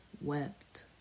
wept